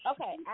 okay